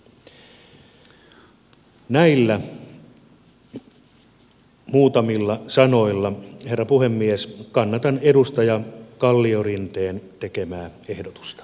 näillä muutamilla sanoilla herra puhemies kannatan edustaja kalliorinteen tekemää ehdotusta